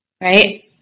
right